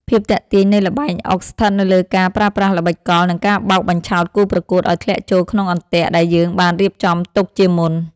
ភាពទាក់ទាញនៃល្បែងអុកស្ថិតនៅលើការប្រើប្រាស់ល្បិចកលនិងការបោកបញ្ឆោតគូប្រកួតឱ្យធ្លាក់ចូលក្នុងអន្ទាក់ដែលយើងបានរៀបចំទុកជាមុន។